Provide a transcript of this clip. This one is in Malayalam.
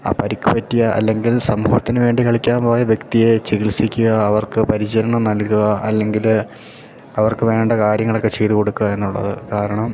ആ പരിക്ക് പറ്റിയ അല്ലെങ്കിൽ സമൂഹത്തിന് വേണ്ടി കളിക്കാൻ പോയ വ്യക്തിയെ ചികിത്സിക്കുക അവർക്ക് പരിചരണം നൽകുക അല്ലെങ്കിൽ അവർക്കു വേണ്ട കാര്യങ്ങളൊക്കെ ചെയ്തു കൊടുക്കുക എന്നുള്ളത് കാരണം